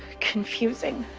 confusing.